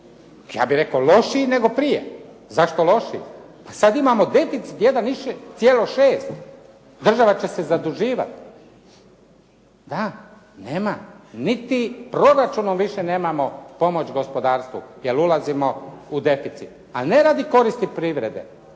ja bih rekao lošiji nego prije. Zašto lošiji? Pa sad imamo deficit 1,6. Država će se zaduživati, da nema. Niti proračunom više nemamo pomoć gospodarstvu jer ulazimo u deficit, a ne radi koristi privrede.